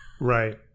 right